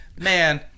man